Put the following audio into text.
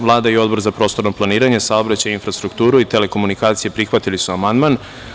Vlada i Odbor za prostorno planiranje, saobraćaj i infrastrukturu i telekomunikacije prihvatili su amandman.